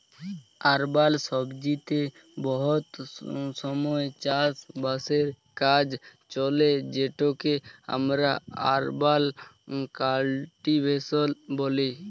আরবাল বসতিতে বহুত সময় চাষ বাসের কাজ চলে যেটকে আমরা আরবাল কাল্টিভেশল ব্যলি